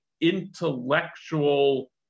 intellectual